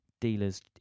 dealers